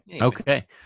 Okay